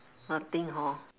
nothing hor